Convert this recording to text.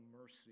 mercy